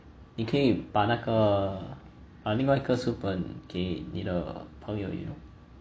你可以把那个把另外一个书本给你的朋友用